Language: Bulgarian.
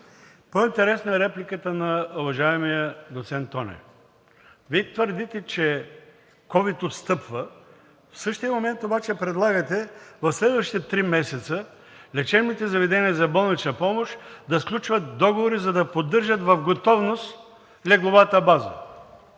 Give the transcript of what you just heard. По-интересна е репликата на уважаемия доцент Тонев. Вие твърдите, че ковид отстъпва. В същия момент обаче предлагате в следващите три месеца лечебните заведения за болнична помощ да сключват договори, за да поддържат в готовност легловата база.